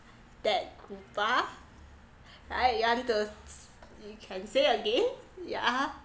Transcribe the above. that kupa right you want to you can say again yeah